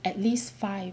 at least five